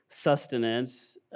sustenance